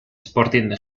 sporting